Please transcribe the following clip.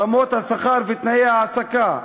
רמות השכר ותנאי ההעסקה.